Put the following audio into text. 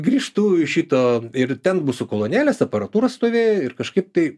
grįžtu iš šito ir ten mūsų kolonėlės aparatūra stovėjo ir kažkaip tai